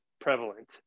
prevalent